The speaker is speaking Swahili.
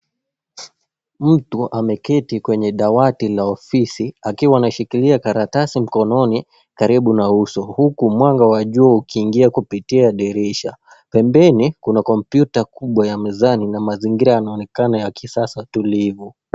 Mtu ameketi kwenye dawati la ofisi akiwa anashikilia karatasi mkononi karibu na uso huku mwanga wa jua ukiingia kupitia dirisha. Pembeni kuna kompyuta kubwa ya mezani na mazingira yanaonekana ya kisasa tulivu.